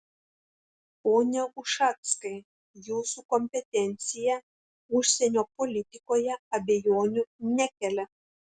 pone ušackai jūsų kompetencija užsienio politikoje abejonių nekelia